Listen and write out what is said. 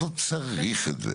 לא צריך את זה.